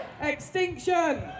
Extinction